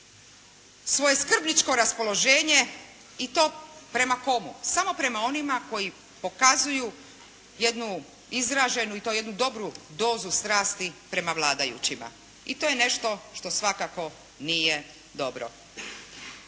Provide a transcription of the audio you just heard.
svoje skrbničko raspoloženje. I to prema komu? Samo prema onima koji pokazuju jednu izraženu, i to jednu dobru dozu strasti prema vladajućima. I to je nešto što svakako nije dobro.